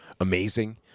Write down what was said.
amazing